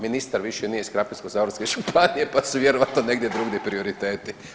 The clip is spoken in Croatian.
Ministar više nije iz Krapinsko-zagorske županije pa su vjerojatno negdje drugdje prioriteti.